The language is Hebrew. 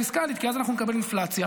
פיסקלית,